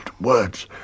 words